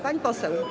Pani poseł.